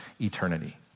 eternity